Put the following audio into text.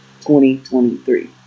2023